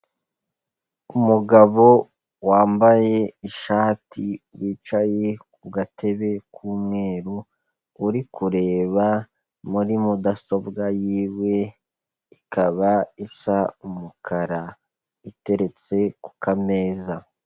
Umugabo wambaye ishati wicaye ku gatebe k'umweru, uri kureba muri mudasobwa y'iwe, ikaba isa umukara, iteretse ku kameza.